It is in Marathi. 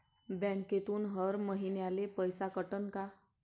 बँकेतून हर महिन्याले पैसा कटन का?